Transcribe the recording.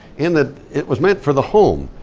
in that it was meant for the home.